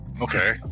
Okay